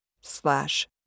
Slash